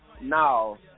No